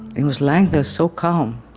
and was lying there so calm.